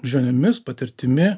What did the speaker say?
žiniomis patirtimi